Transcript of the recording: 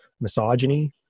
misogyny